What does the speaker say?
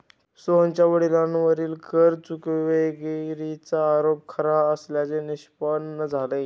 सोहनच्या वडिलांवरील कर चुकवेगिरीचा आरोप खरा असल्याचे निष्पन्न झाले